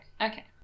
Okay